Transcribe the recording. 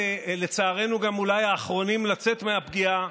ולצערנו גם אולי האחרונים לצאת מהפגיעה,